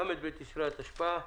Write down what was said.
ל' בתשרי התשפ"א.